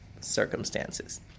circumstances